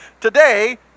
today